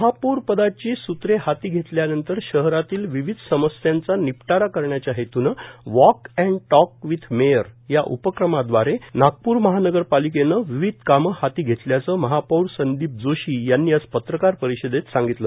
महापौर पदाची सूत्रे हाती घेतल्यानंतर शहरातील विविध समस्यांचा निपटारा करण्याच्या हेतूने walk and talk with mayor या उपक्रमादवारे नागपूर महानगरपालिकेने विविध कामं हाती घेतल्याचं महापौर संदीप जोशी यांनी आज पत्रकार परिषदेत सांगितलं